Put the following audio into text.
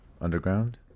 underground